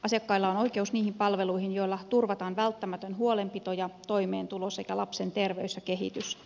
asiakkailla on oikeus niihin palveluihin joilla turvataan välttämätön huolenpito ja toimeentulo sekä lapsen terveys ja kehitys